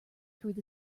through